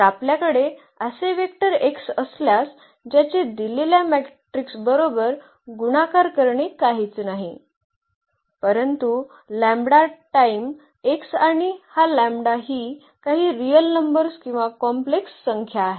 तर आपल्याकडे असे वेक्टर x असल्यास ज्याचे दिलेल्या मेट्रिक्स बरोबर गुणाकार करणे काहीच नाही परंतु लॅंबडा टाईम x आणि हा लॅम्ब्डा ही काही रिअल नंबर्स किंवा कॉम्प्लेक्स संख्या आहे